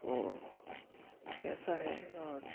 وہ کیسا ہے اور